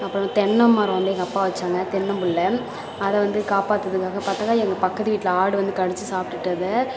அப்புறம் தென்னை மரம் வந்து எங்கள் அப்பா வைச்சாங்க தென்னம் பிள்ள அதை வந்து காப்பாத்துறதுக்காக எங்கள் பக்கத்து வீட்டில் ஆடு வந்து கடிச்சு சாப்டுட்டுது அதை